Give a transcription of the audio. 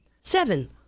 Seven